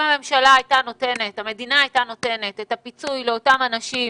אם המדינה הייתה נותנת את הפיצוי לאותם אנשים